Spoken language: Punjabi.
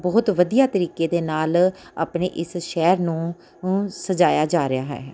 ਬਹੁਤ ਵਧੀਆ ਤਰੀਕੇ ਦੇ ਨਾਲ ਆਪਣੇ ਇਸ ਸ਼ਹਿਰ ਨੂੰ ਊ ਸਜਾਇਆ ਜਾ ਰਿਹਾ ਹੈ